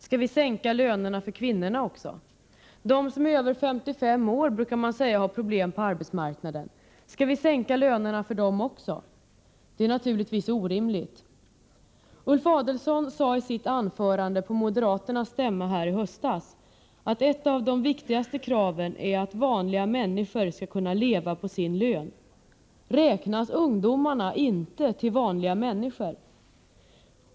Skall vi sänka lönerna för dem också? De som är över 55 år brukar man säga har problem på arbetsmarknaden. Skall vi sänka lönerna för dem också? Det är naturligtvis orimligt. Ulf Adelsohn sade i sitt anförande på moderaternas stämma här i höstas att ett av de viktigaste kraven är att ”vanliga människor skall kunna leva på sin lön”. Räknas ungdomarna inte till vanliga människor?